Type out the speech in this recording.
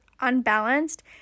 unbalanced